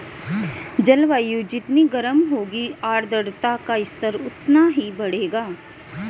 जलवायु जितनी गर्म होगी आर्द्रता का स्तर उतना ही बढ़ेगा